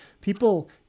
people